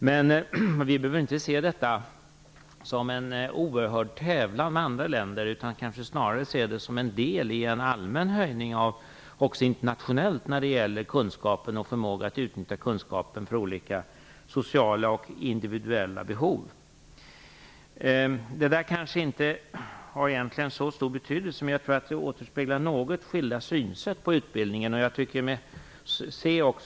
Men vi behöver inte se det som en tävlan med andra länder, snarare bör vi se det som en del i en allmän höjning av kunskapen och förmågan att utnyttja den för olika sociala och individuella behov också internationellt. Det kanske inte har så stor betydelse, men jag tror att det återspeglar något skilda synsätt på utbildningen.